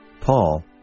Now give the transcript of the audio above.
Paul